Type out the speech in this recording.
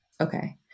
Okay